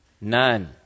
None